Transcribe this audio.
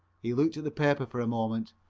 he looked at the paper for a moment.